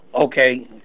okay